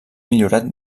millorat